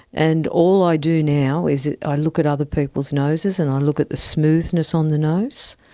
and all i do now is i look at other people's noses and i look at the smoothness on the nose,